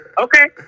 Okay